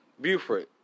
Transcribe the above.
Buford